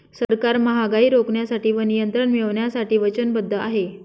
सरकार महागाई रोखण्यासाठी व नियंत्रण मिळवण्यासाठी वचनबद्ध आहे